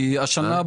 כי השנה,